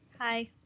Hi